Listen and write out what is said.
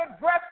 breath